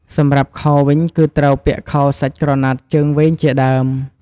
សម្រាប់ខោវិញ គឺត្រូវពាក់ខោសាច់ក្រណាត់ជើងវែងជាដើម។